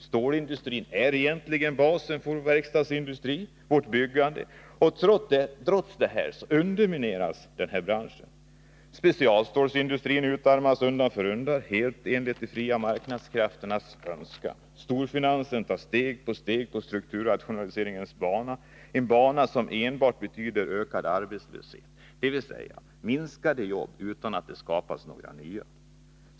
Stålindustrin är egentligen basen för vår ande, men trots detta undermineras denna Specialstålsindustrin utarmas undan för undan, helt enligt de fria marknadskrafternas önskan. Storfinansen tar steg för steg på strukturnationaliseringens bana, en bana som enbart betyder ökad arbetslöshet, dvs. färre jobb utan att det skapas några nya.